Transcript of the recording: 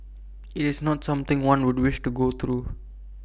IT is not something one would wish to go through